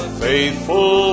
faithful